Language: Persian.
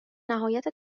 نهایت